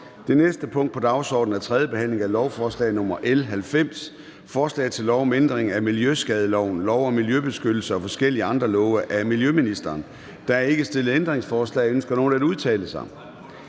Det næste punkt på dagsordenen er: 3) 3. behandling af lovforslag nr. L 90: Forslag til lov om ændring af miljøskadeloven, lov om miljøbeskyttelse og forskellige andre love. (Præcisering af kredsen af personer, der kan anmode